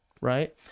right